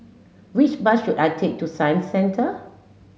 which bus should I take to Science Centre